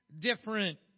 different